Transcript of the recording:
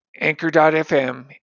anchor.fm